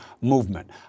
movement